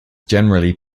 generally